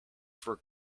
for